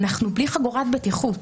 אנחנו בלי חגורת בטיחות.